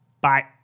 Bye